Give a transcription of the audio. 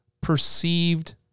perceived